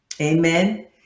amen